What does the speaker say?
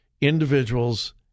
individuals